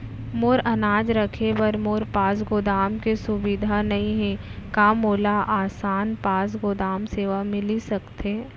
मोर अनाज रखे बर मोर पास गोदाम के सुविधा नई हे का मोला आसान पास गोदाम सेवा मिलिस सकथे?